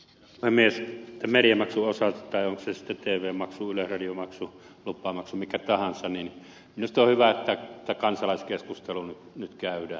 mediamaksun osalta tai onko se sitten tv maksu yleisradiomaksu lupamaksu mikä tahansa minusta on hyvä että kansalaiskeskustelu nyt käydään